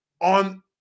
on